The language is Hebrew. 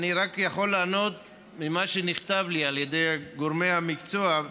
אני רק יכול לענות ממה שנכתב לי על ידי גורמי המקצוע,